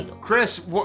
Chris